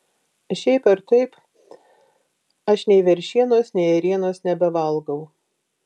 šiaip ar taip aš nei veršienos nei ėrienos nebevalgau